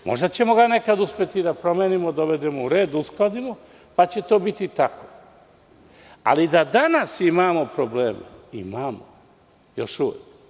Možda ćemo nekad uspeti da ga promenimo, dovedemo u red, uskladimo, pa će to biti tako, ali da danas imamo probleme, imamo još uvek.